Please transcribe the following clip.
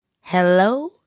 Hello